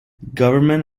government